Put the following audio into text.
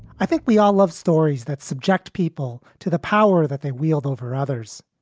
i think we all love stories that subject people to the power that they wield over others.